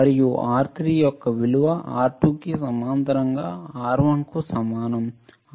మరియు R3 యొక్క విలువ R2 కి సమాంతరంగా R1 కు సమానం